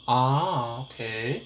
ah okay